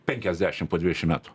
penkiasdešim po dvidešim metų